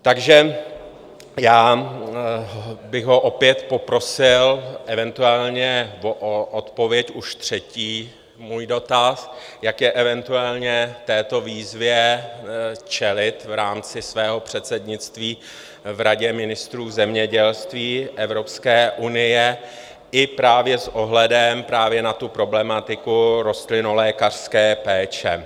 Takže já bych ho opět poprosil, eventuálně o odpověď, už třetí můj dotaz: Jak eventuálně této výzvě čelit v rámci svého předsednictví v Radě ministrů zemědělství Evropské unie i právě s ohledem na problematiku rostlinolékařské péče?